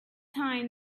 time